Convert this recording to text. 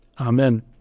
Amen